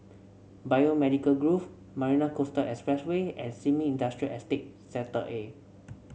Biomedical Grove Marina Coastal Expressway and Sin Ming Industrial Estate Sector A